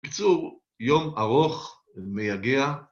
בקיצור יום ארוך מייגע.